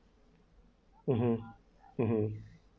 mmhmm mmhmm